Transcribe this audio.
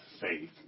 faith